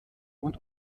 und